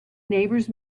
neighbors